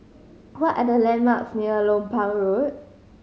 what are the landmarks near Lompang Road